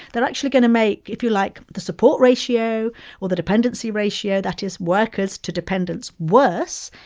they're actually going to make, if you like, the support ratio or the dependency ratio that is, workers to dependents worse,